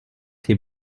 tes